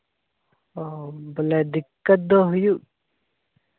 ᱚ ᱵᱚᱞᱮ ᱫᱤᱠᱠᱚᱛ ᱫᱚ ᱦᱩᱭᱩᱜ